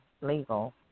legal